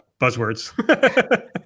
buzzwords